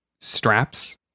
straps